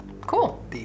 cool